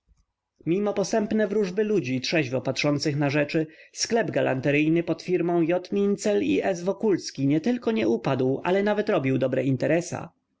mimo posępne wróżby ludzi trzeźwo patrzących na rzeczy sklep galanteryjny pod firmą j mincel i s wokulski nietylko nie upadł ale nawet robił dobre interesa